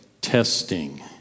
testing